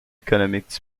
économique